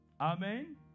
Amen